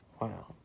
Wow